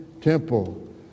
temple